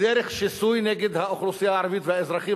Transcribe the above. בדרך שיסוי נגד האוכלוסייה הערבית והאזרחים